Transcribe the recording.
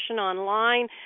online